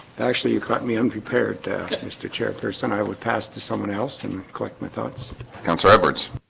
actually, you caught me unprepared mr. chairperson i would pass to someone else and collect my thoughts councillor edwards